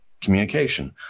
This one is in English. communication